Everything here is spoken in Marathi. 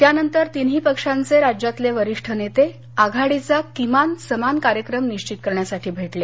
त्यानंतर तिन्ही पक्षांचे राज्यातले वरीष्ठ नेते आघाडीचा किमान समान कार्यक्रम निश्चित करण्यासाठी भेटले